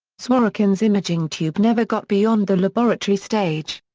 zworykin's imaging tube never got beyond the laboratory stage.